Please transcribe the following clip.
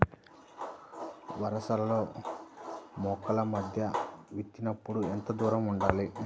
వరసలలో మొక్కల మధ్య విత్తేప్పుడు ఎంతదూరం ఉండాలి?